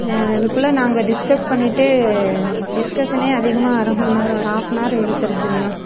அதுக்குள்ள நாங்கள் டிஸ்கஸ் பண்ணிட்டு டிஸ்கஸனே அதிகமாக அரை மணி நேரம் ஒரு ஹாஃப்ஹவர் இழுத்திருச்சிண்ணா